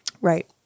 Right